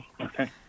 okay